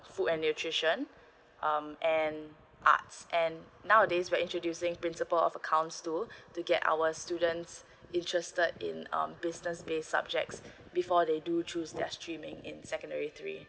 food and nutrition um and arts and nowadays we're introducing principle of accounts too to get our students interested in um business base subjects before they do choose their streaming in secondary three